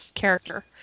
character